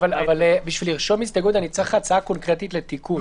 בשביל לרשום הסתייגות אני צריך הצעה קונקרטית לתיקון.